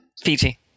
fiji